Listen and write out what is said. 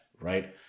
right